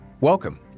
Welcome